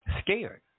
scared